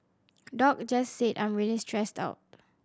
doc just said I'm really stressed out